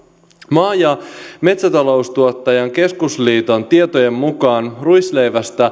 maa ja metsätaloustuottajain keskusliiton tietojen mukaan ruisleivän